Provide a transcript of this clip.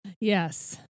Yes